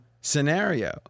scenario